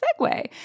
segue